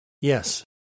Yes